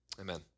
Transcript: amen